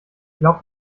glaub